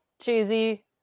cheesy